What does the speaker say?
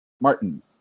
Martin